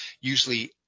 usually